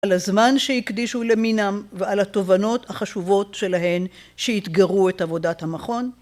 על הזמן שהקדישו למינם ועל התובנות החשובות שלהן שאתגרו את עבודת המכון